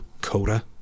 Coda